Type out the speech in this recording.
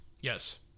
Yes